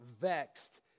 vexed